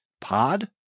pod